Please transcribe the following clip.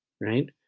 right